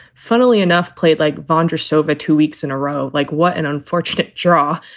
funnily enough, played like vonda sova two weeks in a row. like, what an unfortunate draw.